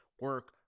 Work